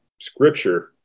scripture